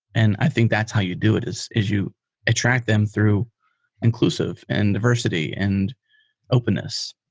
and i think that's how you do it, is is you attract them through inclusive and diversity and openness.